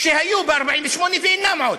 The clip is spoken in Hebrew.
שהיו ב-1948 ואינם עוד.